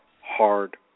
hard